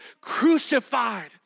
crucified